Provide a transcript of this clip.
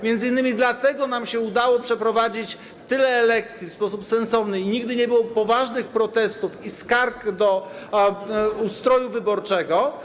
M.in. dlatego nam się udało przeprowadzić tyle elekcji w sposób sensowny i nigdy nie było poważnych protestów i skarg co do ustroju wyborczego.